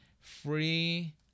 free